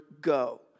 go